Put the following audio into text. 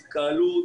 התקהלות.